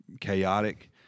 chaotic